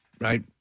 right